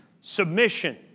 submission